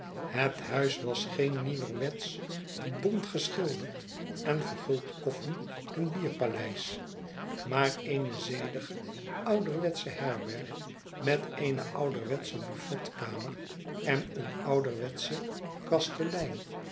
het huis was geen nieuwerwetsch bont geschilderd en verguld koffieen bierpaleis maar eene zedige ouderwetsche herberg met eene ouderwetsche buffetkamer en een ouderwetschen